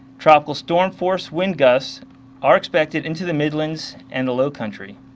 tropical storm force wind gusts are expected into the midlands and lowcountry.